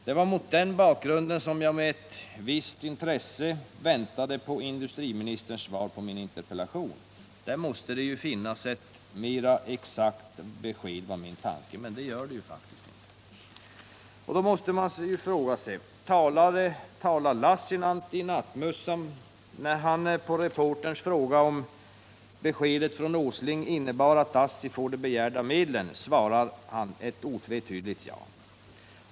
Det var mot den bakgrunden som jag med ett visst intresse väntade på industriministerns svar på min interpellation — där måste det väl finnas ett mer exakt besked, var min tanke. Men det gör det faktiskt inte. Och då måste man fråga sig: Talade Ragnar Lassinantti i nattmössan när han på reporterns fråga, om beskedet från Åsling innebar att ASSI får de begärda medlen, svarade ett otvetydigt ja?